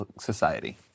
society